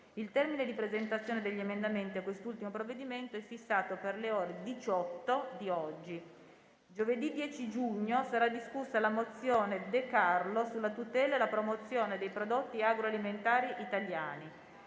Il termine di presentazione degli emendamenti a quest'ultimo provvedimento è fissato per le ore 18 di oggi. Giovedì 10 giugno sarà discussa la mozione De Carlo sulla tutela e la promozione dei prodotti agroalimentari italiani.